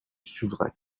souverain